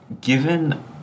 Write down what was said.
given